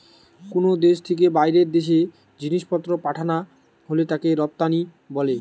কুনো দেশ থিকে বাইরের দেশে জিনিসপত্র পাঠানা হলে তাকে রপ্তানি বলে